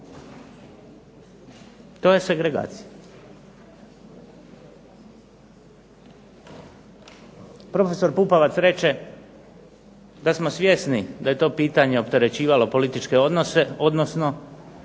To je segregacija. Profesor Pupovac reče da smo svjesni da je to pitanje opterećivalo političke odnose, odnosno